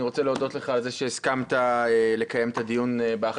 אני רוצה להודות לך על זה שהסכמת לקיים את הדיון באכסניה הזו.